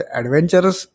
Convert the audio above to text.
adventures